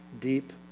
deep